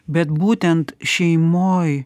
bet būtent šeimoj